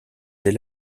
dès